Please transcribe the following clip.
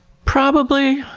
probably.